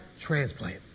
transplant